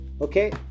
Okay